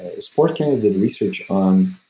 a. sport kind of did research on